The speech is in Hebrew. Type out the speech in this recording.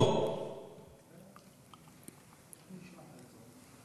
או